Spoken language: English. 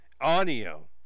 audio